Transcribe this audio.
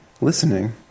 listening